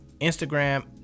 Instagram